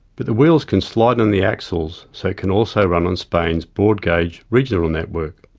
but the wheels can slide on the axles so it can also run on spain's broad-gauge, regional network.